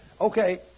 okay